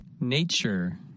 Nature